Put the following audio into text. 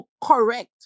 correct